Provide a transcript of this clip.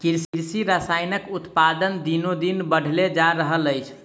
कृषि रसायनक उत्पादन दिनोदिन बढ़ले जा रहल अछि